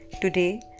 Today